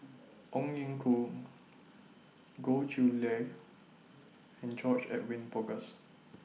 Ong Ye Kung Goh Chiew Lye and George Edwin Bogaars